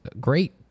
great